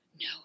no